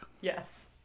Yes